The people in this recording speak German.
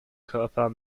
körper